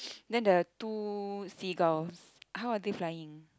then the two seagulls how are they flying in